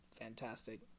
fantastic